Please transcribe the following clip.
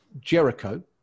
Jericho